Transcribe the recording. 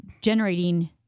generating